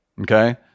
okay